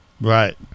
right